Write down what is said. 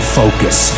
focus